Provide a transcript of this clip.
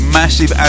massive